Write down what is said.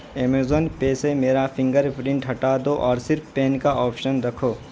Amazon پے سے میرا فنگر پرنٹ ہٹا دو اور صرف پین کا آپشن رکھو